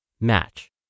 Match